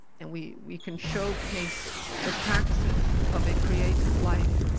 and we we can showcase the praxis of a creative life.